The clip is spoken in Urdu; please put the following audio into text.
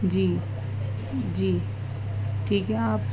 جی جی ٹھیک ہے آپ